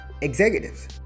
executives